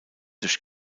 durch